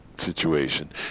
Situation